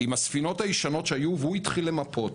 ועם הספינות הישנות שהיו, הוא התחיל למפות.